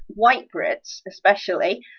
white brits especially,